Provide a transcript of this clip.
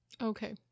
Okay